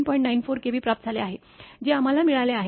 94 kV प्राप्त झाले आहे जे आम्हाला मिळाले आहे